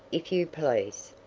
if you please.